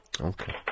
Okay